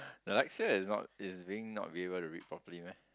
Dyslexia is not is being not be able to read properly meh